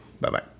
Bye-bye